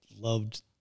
loved